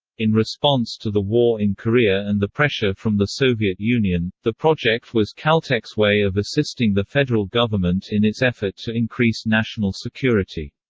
in response to the war in korea and the pressure from the soviet union, the project was caltech's way of assisting the federal government in its effort to increase national security.